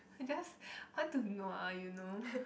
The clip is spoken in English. I just want to be nua you know